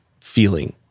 feeling